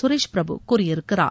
சுரேஷ்பிரபு கூறியிருக்கிறார்